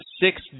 six